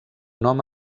nom